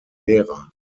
lehrer